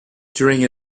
during